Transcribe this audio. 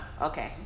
okay